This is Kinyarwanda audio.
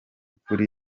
kuri